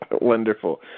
Wonderful